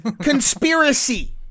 conspiracy